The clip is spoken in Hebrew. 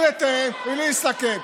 בלי לתאם ובלי לסכם.